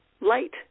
light